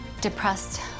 depressed